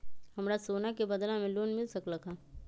हमरा सोना के बदला में लोन मिल सकलक ह?